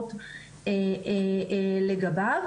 ההחלטות לגביו.